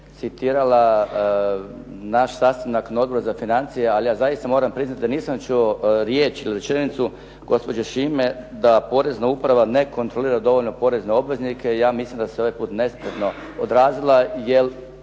citirala naš sastanak na Odboru za financije, ali ja zaista moram priznati da nisam čuo riječ ili rečenicu gospođe Šime da Porezna uprava ne kontrolira dovoljno porezne obveznike. Ja mislim da se ovaj put nespretno odrazila,